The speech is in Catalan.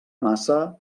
massa